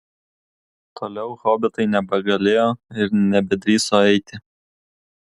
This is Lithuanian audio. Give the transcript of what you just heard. toliau hobitai nebegalėjo ir nebedrįso eiti